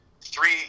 three